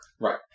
Right